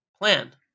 plan